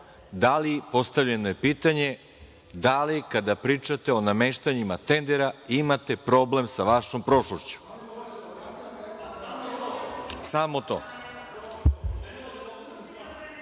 samo, postavljeno je pitanje – da li kada pričate o nameštanjima tendera imate problem sa vašom prošlošću? Samo to. Reč